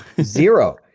Zero